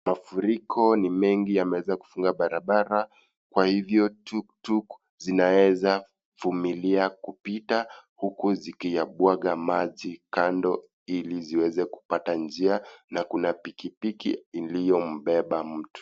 Mafuriko ni mengi yameweza kufunika barabara kwa hivyo tuktuk zinawezavumilia kupita huku zikimwaga maji kando ili ziweze kupata njia na kuna pikipiki iliyombeba mtu.